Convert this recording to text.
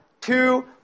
two